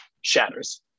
Shatters